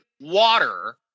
water